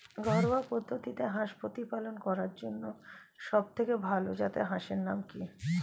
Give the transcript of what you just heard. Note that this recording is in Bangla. ঘরোয়া পদ্ধতিতে হাঁস প্রতিপালন করার জন্য সবথেকে ভাল জাতের হাঁসের নাম কি?